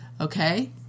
okay